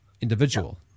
individual